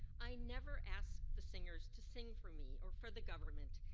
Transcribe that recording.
i never asked the singers to sing for me or for the government,